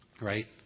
Right